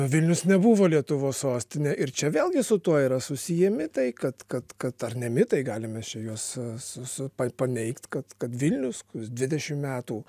vilnius nebuvo lietuvos sostinė ir čia vėlgi su tuo yra susiję mitai kad kad kad ar ne mitai galim ir čia juos su su pa paneigt kad kad vilnius dvidešimt metų